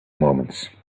moments